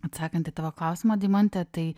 atsakant į tavo klausimą deimante tai